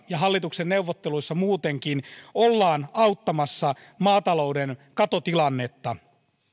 ja hallituksen neuvotteluissa muutenkin ollaan auttamassa maatalouden katotilannetta